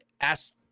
asked